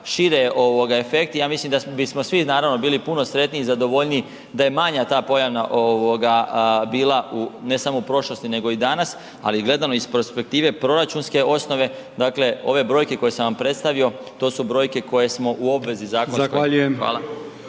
šire je efekt i ja mislim da bismo svi naravno bili puno sretniji i zadovoljniji da je manja ta pojava bila ne samo prošlosti nego i danas, ali gledamo iz perspektivne proračunske osnove, dakle, ove brojke koje sam vam predstavio, to su brojke koje smo u obvezi .../Upadica: